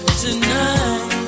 tonight